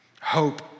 Hope